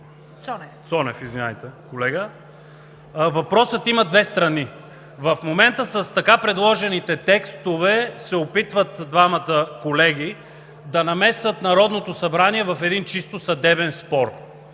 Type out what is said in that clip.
и господин Цонев. Въпросът има две страни. В момента с така предложените текстове се опитват двамата колеги да намесят Народното събрание в един чисто съдебен спор